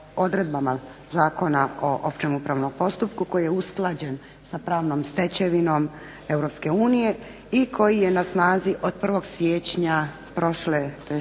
odredbama Zakona o općem upravnom postupku koji je usklađen sa pravnom stečevinom Europske unije i koji je na snazi od 1. siječnja prošle, tj.